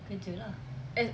kerja lah